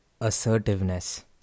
assertiveness